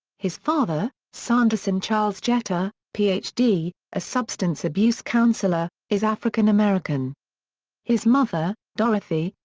his father, sanderson charles jeter, ph d, a substance abuse counselor, is african american his mother, dorothy,